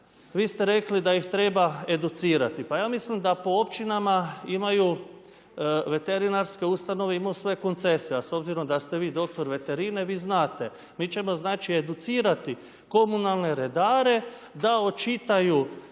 vi ste rekli da ih treba educirati. Pa ja mislim da po općinama imaju veterinarske ustanove, imaju svoje koncese. A s obzirom da ste vi doktor veterine, vi znate. Mi ćemo dakle educirati komunalne redare, da očitaju